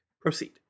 Proceed